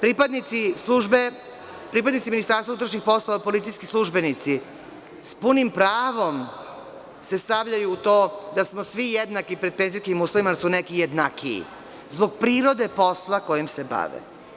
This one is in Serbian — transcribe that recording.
Pripadnici službe, pripadnici MUP policijski službenici s punim pravom se stavljaju u to da smo svi jednaki pred penzijskim uslovima, da su neki jednakiji zbog prirode posla kojim se bave.